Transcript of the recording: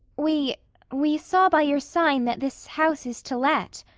we we saw by your sign that this house is to let,